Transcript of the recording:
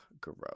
Gross